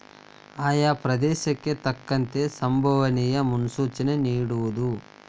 ಆಯಾ ಪ್ರದೇಶಕ್ಕೆ ತಕ್ಕಂತೆ ಸಂಬವನಿಯ ಮುನ್ಸೂಚನೆ ನಿಡುವುದು